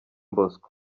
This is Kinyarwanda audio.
bosco